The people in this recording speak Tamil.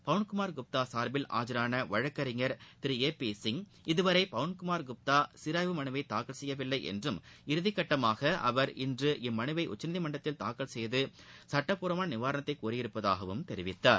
பவன்குமார் குப்தா சார்பில் ஆஜரான வழக்கறிஞர் திரு ஏ பி சிங் இதுவரை பவன்குமார் குப்தா சீராய்வு மனுவை தாக்கல் செய்யவில்லை என்றும் இறுதிகட்டமாக அவர் இன்று இம்மனுவை உச்சநீதிமன்றத்தில் தாக்கல் செய்து சட்டப்பூர்வமான நிவாரணத்தை கோரியிருப்பதாகவும் தெரிவித்தார்